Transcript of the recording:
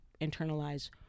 internalize